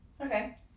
Okay